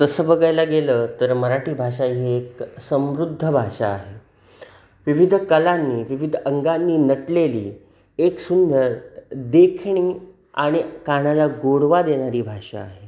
तसं बघायला गेलं तर मराठी भाषा ही एक समृद्ध भाषा आहे विविध कलांनी विविध अंगांनी नटलेली एक सुंदर देखणी आणि कानाला गोडवा देणारी भाषा आहे